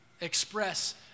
express